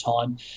time